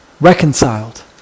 reconciled